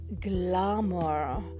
glamour